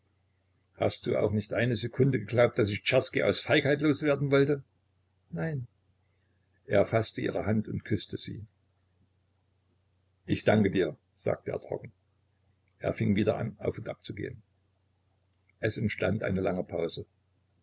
hast du auch nicht eine sekunde geglaubt daß ich czerski aus feigheit los werden wollte nein er faßte ihre hand und küßte sie ich danke dir sagte er trocken er fing wieder an auf und abzugehen es entstand eine lange pause